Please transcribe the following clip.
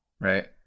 right